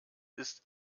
ist